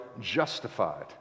justified